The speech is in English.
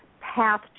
path